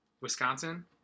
wisconsin